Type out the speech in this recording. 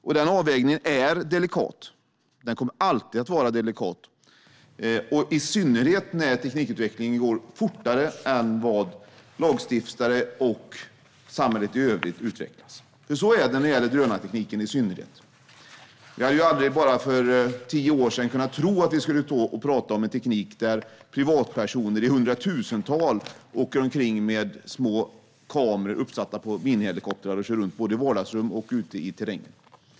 Det är avvägningar som är delikata och alltid kommer att vara det, i synnerhet när teknikutvecklingen går fortare än utvecklingen av lagstiftningen och samhället i övrigt. Det gäller drönartekniken i synnerhet. För bara tio år sedan hade jag inte kunnat tro att vi skulle stå här och prata om en teknik som gör det möjligt för privatpersoner i hundratusental att köra omkring med små kameror uppsatta på minihelikoptrar som kör runt i både vardagsrummen och ute i terrängen.